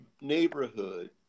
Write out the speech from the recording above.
neighborhood